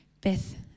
Beth